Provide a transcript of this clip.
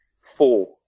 four